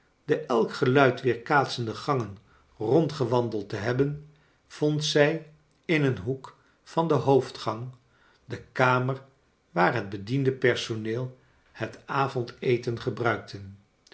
he elk geluid weerkaatsende gangen rondgewandeld te hebben vond zij in een hoek van de hoofdgang de kamer waa r het bedienden personeel het avondeten gebruikte